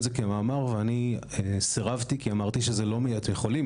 זה כמאמר ואני סירבתי כי אמרתי שזה לא מייצג חולים,